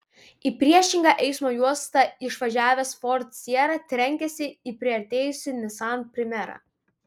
į priešingą eismo juostą išvažiavęs ford sierra trenkėsi į priartėjusį nissan primera